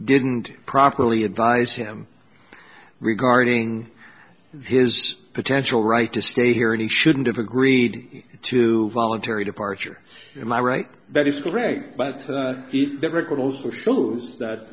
didn't properly advise him regarding his potential right to stay here and he shouldn't have agreed to voluntary departure am i right that is correct but he never could also shows that